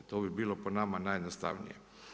To bi bilo po nama najjednostavnije.